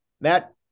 Matt